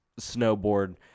snowboard